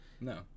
No